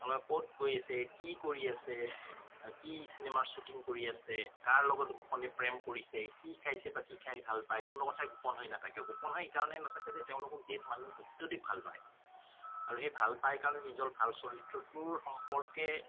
আপোনাৰ ক'ত গৈ আছে কি কৰি আছে কি চিনেমাৰ শ্বুটিং কৰি আছে কাৰ লগত গোপনে প্ৰেম কৰিছে কি খাইছে বা কি খাই ভাল পায় কোনো কথাই গোপন হৈ নাথাকে গোপন হৈ এইকাৰণেই নাথাকে যে তেওঁলোকক যিহেতু মানুহে অত্যাধিক ভাল পায় আৰু সেই ভাল পায় কাৰণেই নিজৰ ভাল চৰিত্ৰটোৰ সম্পৰ্কে